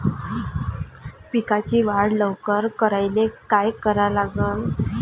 पिकाची वाढ लवकर करायले काय करा लागन?